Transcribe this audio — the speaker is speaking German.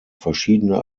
verschiedene